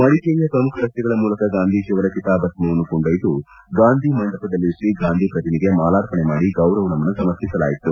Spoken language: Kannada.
ಮಡಿಕೇರಿಯ ಪ್ರಮುಖ ರಸ್ತೆಗಳ ಮೂಲಕ ಗಾಂಧೀಜಿಯವರ ಚಿತಾಭಸ್ವವನ್ನು ಕೊಂಡೊಯ್ಲು ಗಾಂಧಿ ಮಂಟಪದಲ್ಲಿರಿಸಿ ಗಾಂಧೀ ಪ್ರತಿಮೆಗೆ ಮಾಲಾರ್ಪಣೆ ಮಾಡಿ ಗೌರವ ನಮನ ಸಮರ್ಪಿಸಲಾಯಿತು